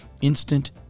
instant